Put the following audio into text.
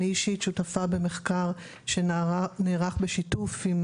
אני אישית שותפה במחקר שנערך בשיתוף עם